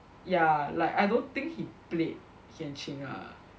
ya like I don't think he played Hian Ching ah